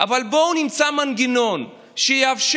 אבל בואו נמצא מנגנון שיאפשר